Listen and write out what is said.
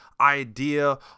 idea